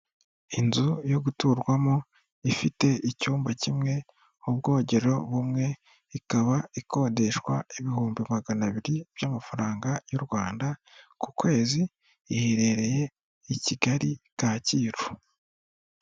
Inzu yo guturwamo ifite icyumba kimwe, ubwogero bumwe ikaba ikodeshwa ibihumbi magana abiri by'amafaranga y'u Rwanda ku kwezi, iherereye i kigali Kacyiru.